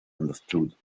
understood